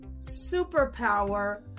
superpower